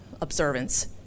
observance